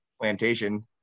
Plantation